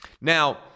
Now